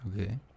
Okay